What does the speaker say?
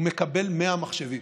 הוא מקבל 100 מחשבים,